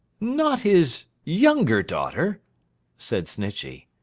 not his younger daughter said snitchey.